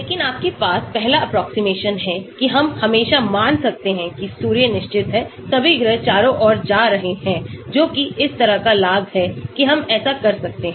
लेकिन आपके पास पहला एप्रोक्सीमेशन है कि हम हमेशा मान सकते हैं कि सूर्य निश्चित है सभी ग्रह चारों ओर जा रहे हैं जो कि इस तरह का लाभ है कि हम ऐसा कर सकते हैं